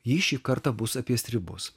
jį šį kartą bus apie stribus